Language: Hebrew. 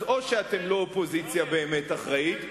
אז או שאתם לא אופוזיציה באמת אחראית,